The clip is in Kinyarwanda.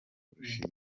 kurusha